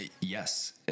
yes